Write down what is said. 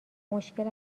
مشکل